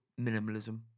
Minimalism